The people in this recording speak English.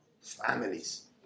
families